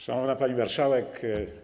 Szanowna Pani Marszałek!